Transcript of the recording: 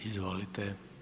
Izvolite.